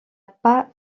pas